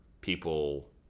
people